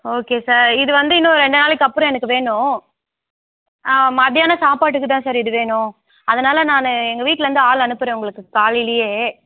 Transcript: okay sir இது வந்து இன்னும் ரெண்டு நாளைக்கு அப்புறோம் எனக்கு வேணும் மதியானம் சாப்பாட்டுக்கு தான் சார் இது வேணும் அதனால் நான் எங்கள் வீட்லருந்து ஆள் அனுப்புகிறேன் உங்களுக்கு காலையிலயே